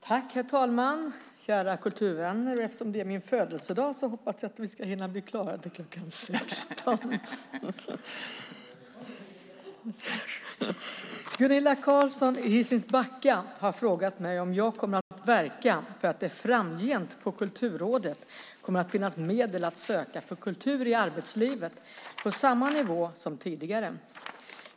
Herr talman, kära kulturvänner! Eftersom det i dag är min födelsedag hoppas jag att vi blir klara till kl. 16.00. Gunilla Carlsson i Hisings Backa har frågat mig om jag kommer att verka för att det framgent i Kulturrådet kommer att finnas medel att söka för kultur i arbetslivet på samma nivå som tidigare.